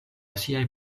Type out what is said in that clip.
siaj